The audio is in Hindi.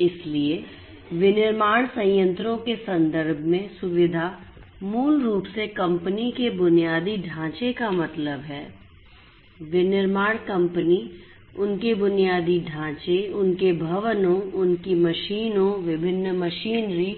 इसलिए विनिर्माण संयंत्रों के संदर्भ में सुविधा मूल रूप से कंपनी के बुनियादी ढांचे का मतलब है विनिर्माण कंपनी उनके बुनियादी ढांचे उनके भवनों उनकी मशीनों विभिन्न मशीनरी